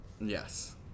Yes